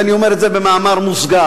זה אני אומר במאמר מוסגר.